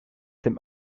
dem